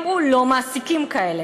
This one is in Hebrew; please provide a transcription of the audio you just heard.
אמרו: לא מעסיקים כאלה.